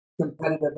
competitive